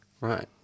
Right